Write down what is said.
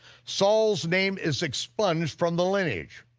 saul's name is expunged from the lineage,